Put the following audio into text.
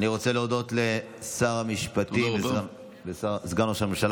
אני רוצה להודות לשר המשפטים וסגן ראש הממשלה